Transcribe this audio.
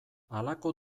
halako